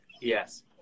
Yes